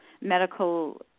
medical